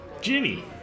jimmy